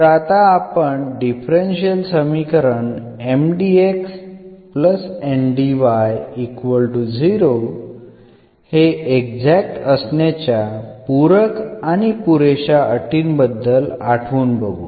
तर आता आपण डिफरन्शियल समीकरण हे एक्झॅक्ट असण्याच्या पूरक आणि पुरेश्या अटीबद्दल आठवून बघू